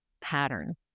pattern